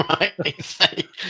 right